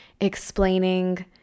explaining